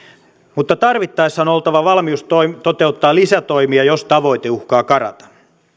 mutta tarvittaessa on oltava valmius toteuttaa lisätoimia jos tavoite uhkaa karata